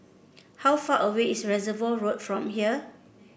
how far away is Reservoir Road from here